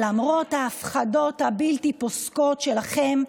למרות ההפחדות הבלתי-פוסקות שלכם,